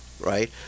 right